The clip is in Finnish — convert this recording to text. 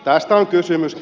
tästä on kysymys